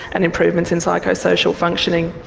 and improvements in psychosocial functioning,